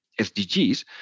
SDGs